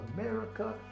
America